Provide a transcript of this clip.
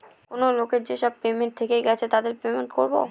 কেনো লোকের যেসব পেমেন্ট থেকে গেছে তাকে পেমেন্ট করবো